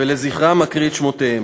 ולזכרם אקריא את שמותיהם: